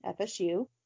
FSU